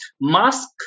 mask